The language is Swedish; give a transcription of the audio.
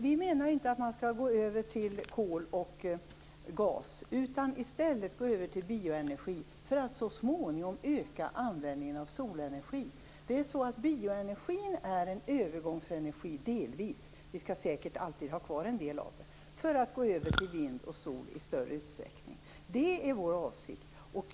Vi menar inte att man skall gå över till kol och gas utan i stället till bioenergi för att så småningom öka användningen av solenergi. Bioenergin är delvis en övergångsenergi - vi skall säkert alltid ha kvar en del av den - för att sedan i större utsträckning gå över till vind och sol. Det är vår avsikt.